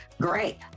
great